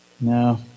No